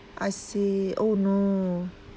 I see oh no